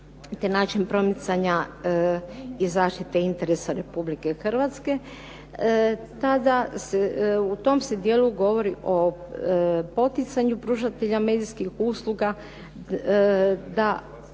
te način promicanja i zaštite interesa Republike Hrvatske kada u tom se dijelu govori o poticanju pružatelja medijskih usluga